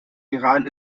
iran